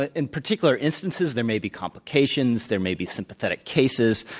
ah in particular instances, there may be complications, there may be sympathetic cases.